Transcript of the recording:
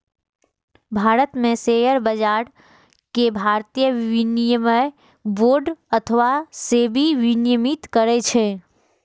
भारत मे शेयर बाजार कें भारतीय विनिमय बोर्ड अथवा सेबी विनियमित करै छै